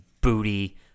booty